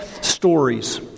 stories